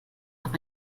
noch